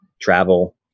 travel